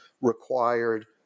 required